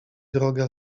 drogę